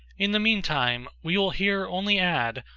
in the mean time, we will here only add,